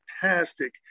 fantastic